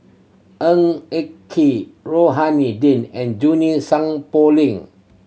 Ng Eng Kee Rohani Din and Junie Song Poh Ling